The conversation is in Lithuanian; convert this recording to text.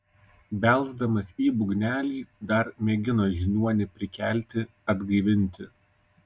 belsdamas į būgnelį dar mėgino žiniuonį prikelti atgaivinti